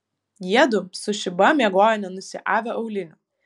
jiedu su šiba miegojo nenusiavę aulinių